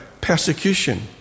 persecution